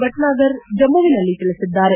ಭಟ್ನಾಗರ್ ಜಮ್ಮವಿನಲ್ಲಿ ತಿಳಿಸಿದ್ದಾರೆ